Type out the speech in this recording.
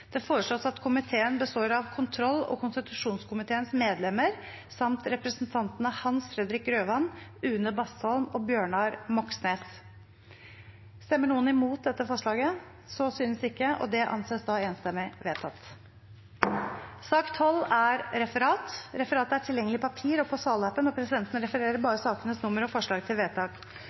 Det foreslås at komiteen består av kontroll- og konstitusjonskomiteens medlemmer samt representantene Hans Fredrik Grøvan, Une Bastholm og Bjørnar Moxnes. Stemmer noen imot dette forslaget? – Så synes ikke, og det anses enstemmig vedtatt. Dermed er dagens kart ferdigbehandlet. Forlanger noen ordet før møtet heves? – Møtet er